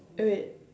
eh wait